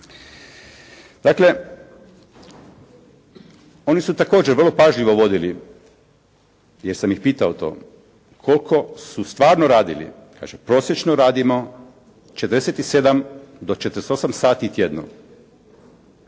Dakle oni su također vrlo pažljivo vodili jer sam ih pitao to koliko su stvarno radili? Kažu: «Prosječno radimo 47 do 48 sati tjedno.»